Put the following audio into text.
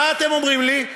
מה אתם אומרים לי?